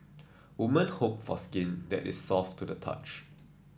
women hope for skin that is soft to the touch